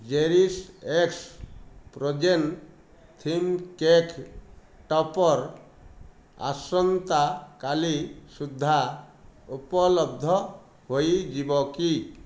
CherishX frozen theme cake topper ଆସନ୍ତା କାଲି ସୁଦ୍ଧା ଉପଲବ୍ଧ ହୋଇଯିବ କି